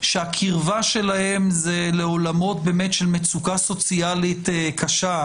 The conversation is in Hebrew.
שהקירבה שלהם היא לעולמות של מצוקה סוציאלית קשה,